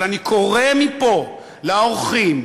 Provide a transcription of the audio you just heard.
אבל אני קורא מפה לעורכים,